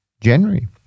January